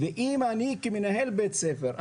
אם אני כמנהל בית ספר,